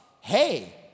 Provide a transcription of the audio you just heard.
hey